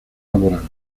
laboral